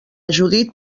judit